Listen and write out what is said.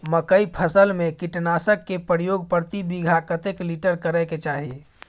मकई फसल में कीटनासक के प्रयोग प्रति बीघा कतेक लीटर करय के चाही?